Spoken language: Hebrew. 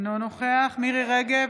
אינו נוכח מירי מרים רגב,